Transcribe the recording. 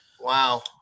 Wow